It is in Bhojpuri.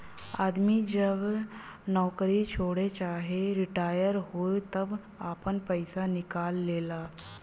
आदमी जब नउकरी छोड़े चाहे रिटाअर होए तब आपन पइसा निकाल लेला